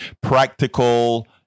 practical